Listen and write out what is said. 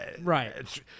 Right